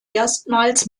erstmals